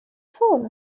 ffôn